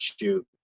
shoot